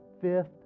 fifth